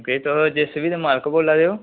uncle ji तुस JCB दे मालक बोल्ला दे ओ